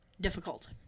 difficult